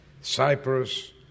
Cyprus